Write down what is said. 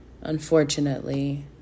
unfortunately